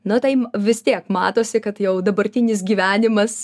nu tai vis tiek matosi kad jau dabartinis gyvenimas